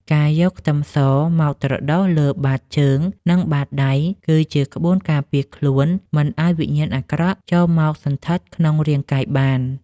ការយកខ្ទឹមសមកត្រដុសលើបាតជើងនិងបាតដៃគឺជាក្បួនការពារខ្លួនមិនឱ្យវិញ្ញាណអាក្រក់ចូលមកសណ្ឋិតក្នុងរាងកាយបាន។